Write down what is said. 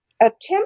attempt